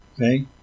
Okay